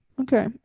okay